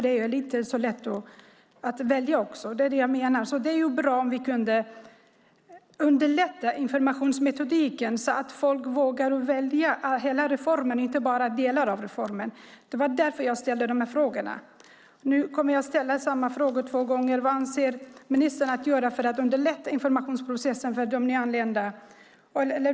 Det är inte så lätt att välja något som är främmande. Det vore bra om vi kunde underlätta informationen så att folk vågar välja hela reformen och inte bara delar av den. Det var därför jag ställde de här frågorna. Nu kommer jag att ställa samma frågor en gång till. Vad avser ministern att göra för att underlätta informationsprocessen för de nyanlända?